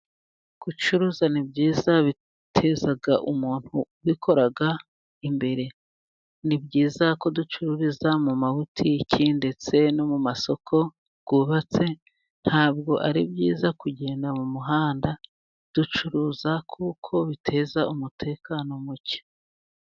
Gucuruza ni byiza biteza umuntu ubikora imbere, ni byiza ko ducururiza mu mabutiki ndetse no mu masoko yubatse, ntabwo ari byiza kugenda mu muhanda ducuruza kuko biteza umutekano muke.